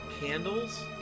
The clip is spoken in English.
candles